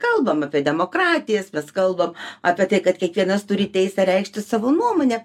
kalbam apie demokratijas mes kalba apie tai kad kiekvienas turi teisę reikšti savo nuomonę